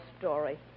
story